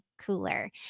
cooler